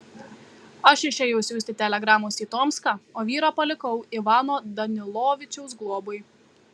aš išėjau siųsti telegramos į tomską o vyrą palikau ivano danilovičiaus globai